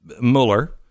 Mueller